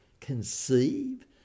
conceive